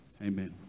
Amen